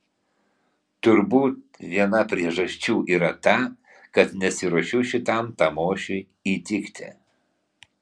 turbūt viena priežasčių yra ta kad nesiruošiu šitam tamošiui įtikti